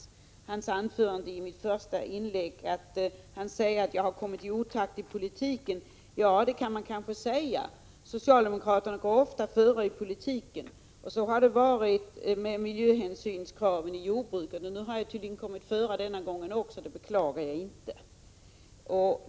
1986/87:131 Han säger att jag har kommit i otakt i politiken. Det kan man kanske säga. Socialdemokraterna går ofta före i politiken. Så har det varit beträffande miljöhänsynskraven i jordbruket, och nu har jag tydligen kommit före denna gång också. Det beklagar jag inte.